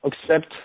accept